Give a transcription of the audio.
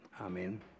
amen